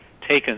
taken